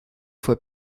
fue